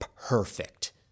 perfect